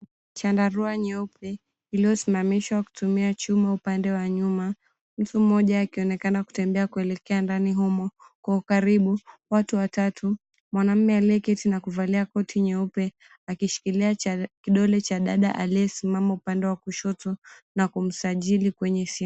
Chandarua nyeupe iliyosimamishwa kutumia chuma upande wa nyuma , mtu mmoja akionekana kutembea kuelekea ndani humo. Kwa ukaribu, watu watatu mwanaume aliyeketi na kuvalia koti nyeupe akishikilia kidole cha dada aliyesimama upande wa kushoto na kumsajili kwenye simu.